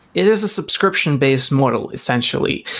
it is a subscription-based model essentially.